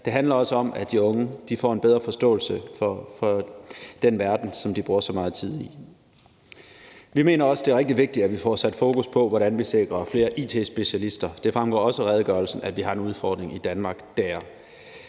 Det handler også om, at de unge får en bedre forståelse for den verden, som de bruger så meget tid i. Vi mener også, det er rigtig vigtigt, at vi får sat fokus på, hvordan vi sikrer flere it-specialister. Det fremgår også af redegørelsen, at vi har en udfordring i Danmark der.